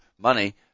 money